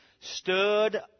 stood